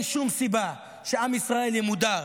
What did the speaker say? אין שום סיבה שעם ישראל ימודר,